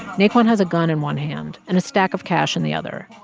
naquan has a gun in one hand and a stack of cash in the other.